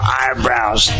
eyebrows